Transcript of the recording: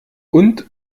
und